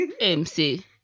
MC